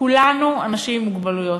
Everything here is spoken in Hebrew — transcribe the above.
כולנו אנשים עם מוגבלויות.